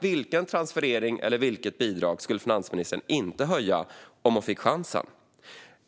Vilken transferering eller vilket bidrag skulle finansministern inte höja om hon fick chansen?